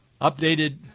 Updated